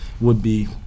would-be